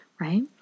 right